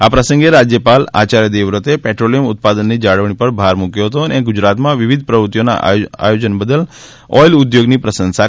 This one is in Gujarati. આ પ્રસંગે રાજ્યપાલ આચાર્ય દેવવ્રતે પેટ્રોલિયમ ઉત્પાદનોની જાળવણી પર ભાર મૂક્યો હતો અને ગુજરાતમાં વિવિધ પ્રવૃત્તિઓના આયોજન બદલ ઓઈલ ઉદ્યોગની પ્રશંસા કરી હતી